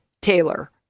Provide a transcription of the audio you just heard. Taylor